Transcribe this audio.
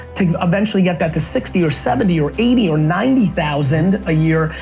to eventually get that to sixty or seventy or eighty or ninety thousand a year,